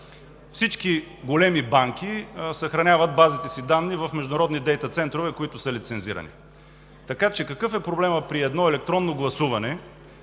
Всички големи банки съхраняват базите си данни в международни дейта центрове, които са лицензирани. Какъв е проблемът при едно електронно гласуване